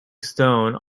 stone